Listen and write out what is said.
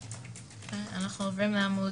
אנחנו עוברים לעמ'